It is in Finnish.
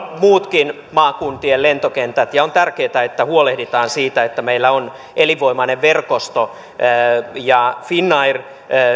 muutkin maakuntien lentokentät ja on tärkeätä että huolehditaan siitä että meillä on elinvoimainen verkosto finnair